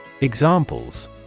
Examples